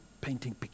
painting